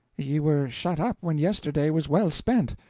ye were shut up when yesterday was well spent.